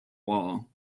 wall